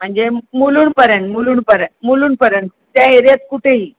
म्हणजे मुलुंडपर्यंत मुलुंडपर्यंत मुलुंडपर्यंत त्या एरियात कुठेही